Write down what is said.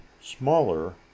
smaller